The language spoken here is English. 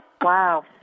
Wow